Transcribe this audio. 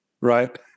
right